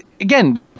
again